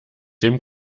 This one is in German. dem